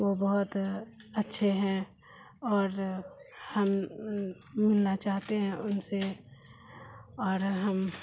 وہ بہت اچھے ہیں اور ہم ملنا چاہتے ہیں ان سے اور ہم